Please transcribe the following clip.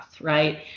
right